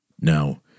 Now